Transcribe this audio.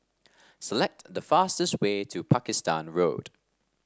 select the fastest way to Pakistan Road